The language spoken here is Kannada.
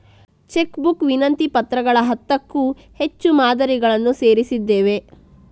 ಚೆಕ್ ಬುಕ್ ವಿನಂತಿ ಪತ್ರಗಳ ಹತ್ತಕ್ಕೂ ಹೆಚ್ಚು ಮಾದರಿಗಳನ್ನು ಸೇರಿಸಿದ್ದೇವೆ